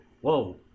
Whoa